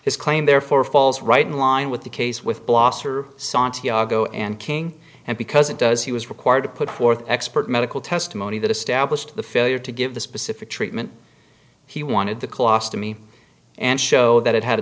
his claim therefore falls right in line with the case with blosser santiago and king and because it does he was required to put forth expert medical testimony that established the failure to give the specific treatment he wanted the cost to me and show that it had a